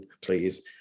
please